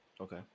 Okay